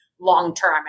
long-term